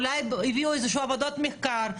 אולי הביאו עבודת מחקר,